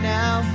now